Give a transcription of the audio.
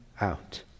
out